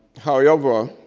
however,